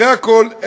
אחרי הכול,